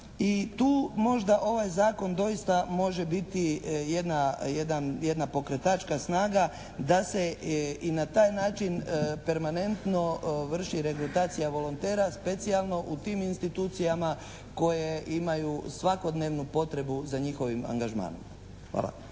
i tu možda ovaj zakon doista može biti jedna, jedan, jedna pokretačka snaga da se i na taj način permanentno vrši regrutacija volontera specijalno u tim institucijama koje imaju svakodnevnu potrebu za njihovim angažmanom. Hvala.